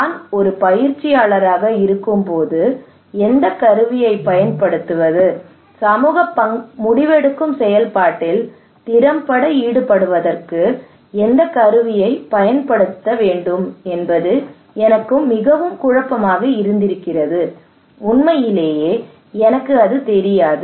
நான் ஒரு பயிற்சியாளராக இருக்கும்போது எந்தக் கருவியைப் பயன்படுத்துவது சமூகத்தை முடிவெடுக்கும் செயல்பாட்டில் திறம்பட ஈடுபடுத்துவதற்கு எந்தக் கருவியைப் பயன்படுத்துவது என்பது எனக்கு மிகவும் குழப்பமாக இருக்கிறது உண்மையிலேயே எனக்குத் தெரியாது